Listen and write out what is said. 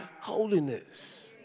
holiness